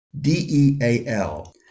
d-e-a-l